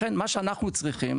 לכן מה שאנחנו צריכים,